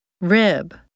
Rib